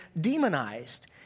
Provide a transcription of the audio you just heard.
demonized